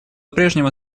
прежнему